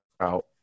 out